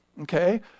okay